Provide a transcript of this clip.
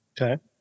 Okay